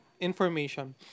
information